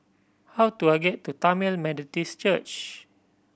how do I get to Tamil Methodist Church